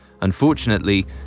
Unfortunately